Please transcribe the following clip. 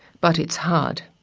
but it's hard.